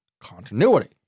continuity